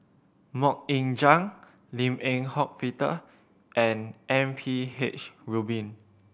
Mok Ying Jang Lim Eng Hock Peter and M P H Rubin